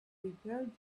prepared